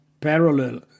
parallel